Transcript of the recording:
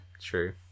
True